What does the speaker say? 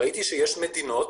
ראיתי שיש מדינות,